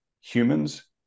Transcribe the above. humans